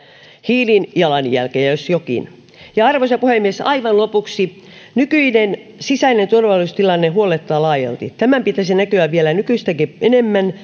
hiilijalanjälkeä jos jokin arvoisa puhemies aivan lopuksi nykyinen sisäinen turvallisuustilanne huolettaa laajalti tämän pitäisi näkyä vielä nykyistäkin enemmän